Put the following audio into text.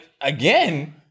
again